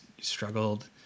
struggled